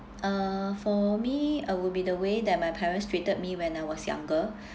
uh for me uh would be the way that my parents treated me when I was younger